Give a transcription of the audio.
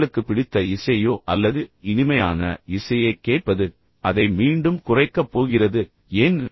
உங்களுக்கு பிடித்த இசையையோ அல்லது இனிமையான இசையை கேட்பது அதை மீண்டும் குறைக்கப் போகிறது ஏன்